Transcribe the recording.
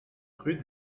rue